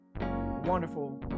wonderful